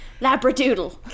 labradoodle